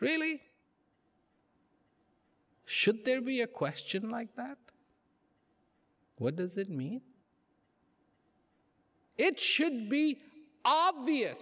really should there be a question like that what does it mean it should be obvious